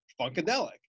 funkadelic